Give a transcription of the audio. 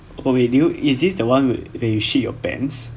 oh wait do you is it the one where that you shit your pants